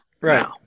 right